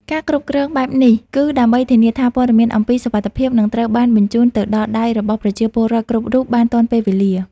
ការគ្រប់គ្រងបែបនេះ គឺដើម្បីធានាថាព័ត៌មានអំពីសុវត្ថិភាពនឹងត្រូវបានបញ្ជូនទៅដល់ដៃរបស់ប្រជាពលរដ្ឋគ្រប់រូបបានទាន់ពេលវេលា។